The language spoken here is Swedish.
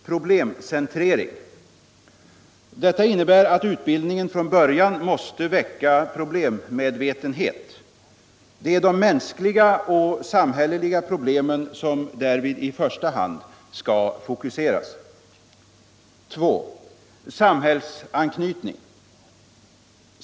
Problemcentrering. Detta innebär att utbildningen från början måste väcka problemmedvetenhet. Det är de mänskliga och samhälleliga problemen som därvid i första hand :'skall fokuseras. 2. Samhällsanknytning.